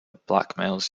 blackmails